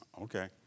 Okay